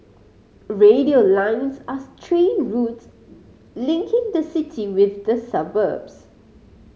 radial lines are train routes linking the city with the suburbs